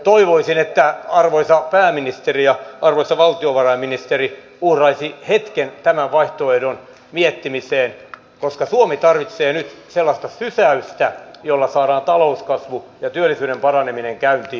toivoisin että arvoisa pääministeri ja arvoisa valtiovarainministeri uhraisivat hetken tämän vaihtoehdon miettimiseen koska suomi tarvitsee nyt sellaista sysäystä jolla saadaan talouskasvu ja työllisyyden paraneminen käyntiin